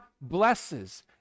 blesses